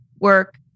work